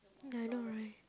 I know right